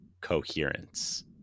Coherence